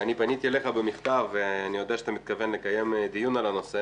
אני פניתי אליך במכתב ואני יודע שאתה מתכוון לקיים דיון על הנושא